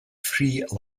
free